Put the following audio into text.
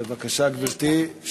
בבקשה, גברתי.